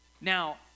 Now